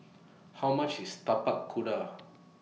How much IS Tapak Kuda